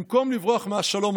במקום לברוח מהשלום,